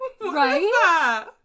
Right